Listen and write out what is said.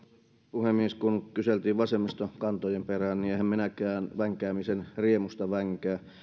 puhemies kun kyseltiin vasemmiston kantojen perään niin enhän minäkään vänkäämisen riemusta vänkää